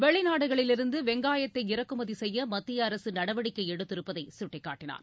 வெளிநாடுகளிலிருந்து வெங்காயத்தை இறக்குமதி செய்ய மத்திய அரசு நடவடிக்கை எடுத்திருப்பதை சுட்டிக்காட்டினார்